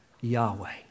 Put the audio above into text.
Yahweh